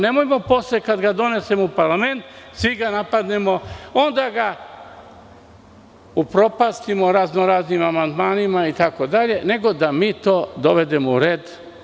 Nemojmo posle kada ga donesemo u parlamentu da ga svi napadnemo, onda ga upropastimo raznoraznim amandmanima itd, nego da to dovedemo u red.